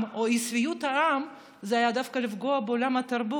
או עם אי-שביעות רצון העם הייתה דווקא לפגוע בעולם התרבות,